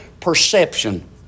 perception